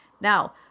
Now